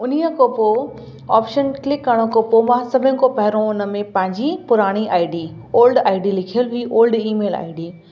उन ई खां पोइ ऑपशन क्लिक करण खां पोइ मां सभिनीनि खां पहिरों हुन में पंहिंजी पुराणी I D old I D लिखियल हुई ओल्ड ईमेल आई डी